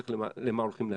צריך לחשוב למה הולכים להשקיע.